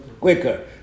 quicker